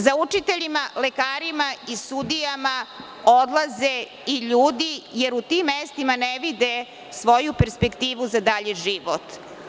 Za učiteljima, lekarima i sudijama odlaze i ljudi, jer u tim mestima ne vide svoju perspektivu za dalji život.